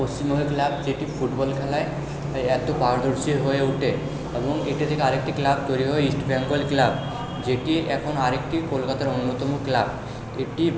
পশ্চিমবঙ্গের ক্লাব যেটি ফুটবল খেলায় এই এতো পারদর্শী হয়ে ওঠে এবং এটি থেকে আরেকটি ক্লাব তৈরি হয় ইস্টবেঙ্গল ক্লাব যেটি এখন আরেকটি কলকাতার অন্যতম ক্লাব এটি